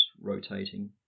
rotating